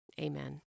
Amen